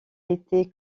été